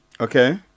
Okay